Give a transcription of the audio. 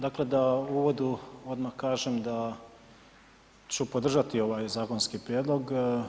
Dakle, da u uvodu odmah kažem da ću podržati ovaj zakonski prijedlog.